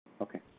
Okay